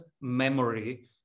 memory